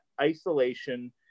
isolation